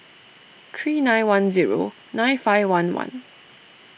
three nine one zero nine five one one